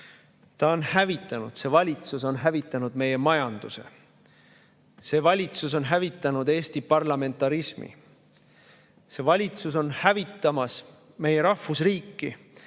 Eesti hävitamist. See valitsus on hävitanud meie majanduse, see valitsus on hävitanud Eesti parlamentarismi. See valitsus on hävitamas meie rahvusriiki,